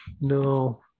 No